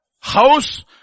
house